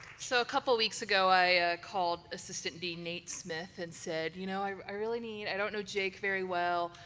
so, a couple of weeks ago, i called, assistant dean nate smith and said, you know, i really need i don't know jake very well,